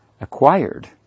acquired